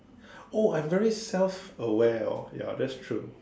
oh I'm very self aware orh ya that's true